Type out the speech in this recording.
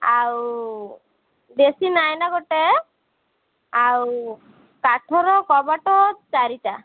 ଆଉ ଡ୍ରେସିଂ ଆଇନା ଗୋଟେ ଆଉ କାଠର କବାଟ ଚାରିଟା